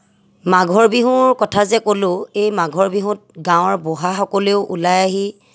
মাঘৰ বিহুৰ কথা যে ক'লোঁ এই মাঘৰ বিহুত গাঁৱৰ বুঢ়াসকলেও ওলাই আহি